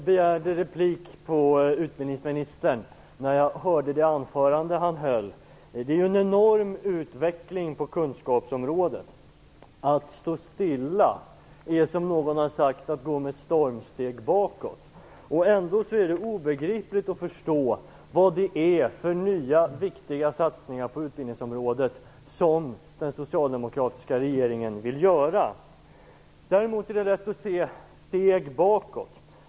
Herr talman! Det har skett en enorm utveckling på kunskapsområdet. Att stå stilla är, som någon har sagt, att gå med stormsteg bakåt. Ändå är det obegripligt vilka nya viktiga satsningar på utbildningsområdet som den socialdemokratiska regeringen vill göra. Däremot är det lätt att se de steg som tas bakåt.